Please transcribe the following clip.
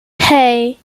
hey